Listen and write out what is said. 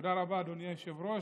תודה רבה, אדוני היושב-ראש.